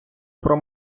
про